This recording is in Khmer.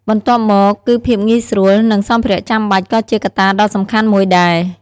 បន្ទាប់មក គឺភាពងាយស្រួល និងសម្ភារៈចាំបាច់ ក៏ជាកត្តាដ៏សំខាន់មួយដែរ។